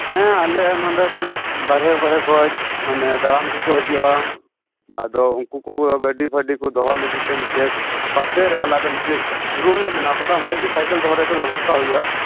ᱦᱮᱸ ᱟᱞᱮ ᱦᱚᱸ ᱱᱚᱰᱮ ᱯᱮ ᱵᱟᱨᱦᱮ ᱵᱟᱨᱦᱮ ᱠᱷᱚᱡ ᱢᱟᱱᱮ ᱫᱟᱬᱟᱱ ᱠᱚ ᱠᱚ ᱦᱤᱡᱩᱜᱼᱟ ᱟᱫᱚ ᱩᱱᱠᱩ ᱠᱚ ᱜᱟᱹᱰᱤᱼᱯᱷᱟᱰᱤ ᱠᱚ ᱫᱚᱦᱚ ᱞᱟᱹᱜᱤᱫ ᱛᱮ ᱢᱤᱫᱴᱮᱡ ᱯᱟᱥᱮᱨᱮ ᱟᱞᱟᱫᱟ ᱢᱤᱫᱴᱤᱡ ᱨᱩᱢ ᱞᱮ ᱵᱮᱱᱟᱣ ᱟᱠᱟᱫᱟ ᱚᱸᱰᱮ ᱜᱮ ᱥᱟᱭᱠᱮᱞ ᱫᱚᱦᱚ ᱨᱮᱭᱟᱜ ᱫᱚ ᱵᱮᱵᱚᱛᱷᱟ ᱦᱩᱭᱩᱜᱼᱟ